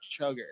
chugger